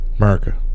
America